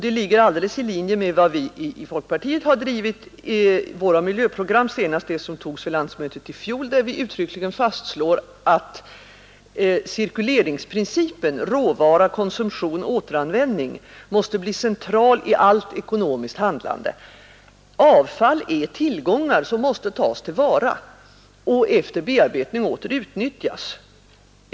Detta överensstämmer helt med den linje som folkpartiet har drivit i sina miljöprogram, senast det program som vi antog vid landsmötet i fjol, där vi uttryckligen fastslog att ”cirkuleringsprincipen råvara-konsumtion-återanvändning måste bli central i allt ekonomiskt handlande. Avfall är tillgångar som måste tas till vara och efter bearbetning åter utnyttjas.